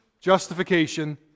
justification